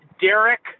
Derek